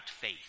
faith